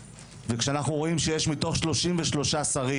וכשאנחנו רואים שיש מתוך 33 שרים,